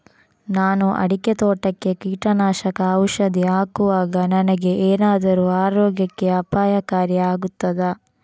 ನಾನು ಅಡಿಕೆ ತೋಟಕ್ಕೆ ಕೀಟನಾಶಕ ಔಷಧಿ ಹಾಕುವಾಗ ನನಗೆ ಏನಾದರೂ ಆರೋಗ್ಯಕ್ಕೆ ಅಪಾಯಕಾರಿ ಆಗುತ್ತದಾ?